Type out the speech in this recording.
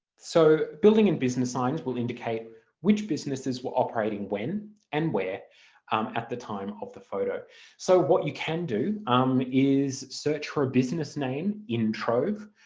so building and business signs will indicate which businesses were operating when and where at the time of the photo so what you can do um is search for a business name in trove,